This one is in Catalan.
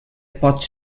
pot